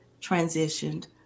transitioned